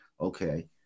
okay